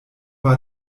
war